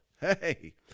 Hey